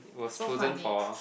so funny